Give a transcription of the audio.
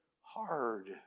hard